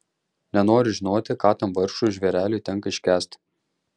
nenoriu žinoti ką tam vargšui žvėreliui tenka iškęsti